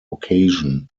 occasion